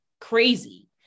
crazy